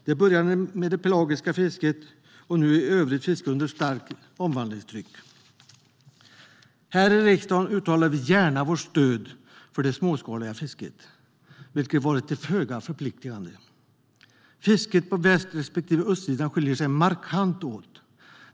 Det började med det pelagiska fisket, och nu är övrigt fiske under starkt omvandlingstryck. Här i riksdagen uttalar vi gärna vårt stöd för det småskaliga fisket, vilket varit till föga förpliktande. Fisket på väst respektive östsidan skiljer sig markant åt.